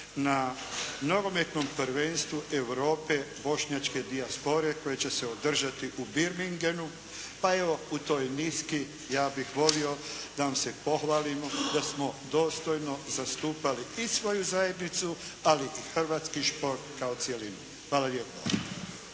na nogometnom prvenstvu Europe bošnjačke dijaspore koje će se održati u Birmingenu pa evo u toj niski ja bih volio da vam se pohvalimo da smo dostojno zastupali i svoju zajednicu ali i hrvatski šport kao cjelinu. Hvala lijepo.